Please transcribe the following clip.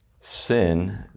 sin